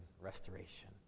restoration